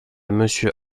monsieur